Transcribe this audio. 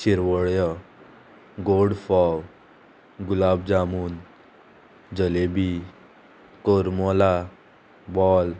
शिरवळ्यो गोड फोव गुलाब जामून जलेबी कोरमोला बॉल